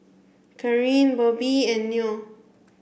Corrie Bobbi and Noe